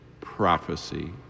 Prophecy